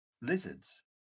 lizards